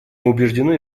убеждены